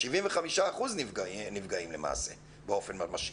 75% נפגעים למעשה באופן ממשי.